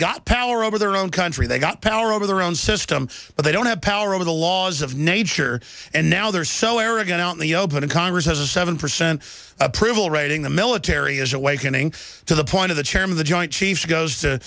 got power over their own country they've got power over their own system but they don't have power over the laws of nature and now they're so arrogant out in the open and congress has a seven percent approval rating the military is awakening to the point of the chairman the joint chiefs goes to